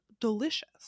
delicious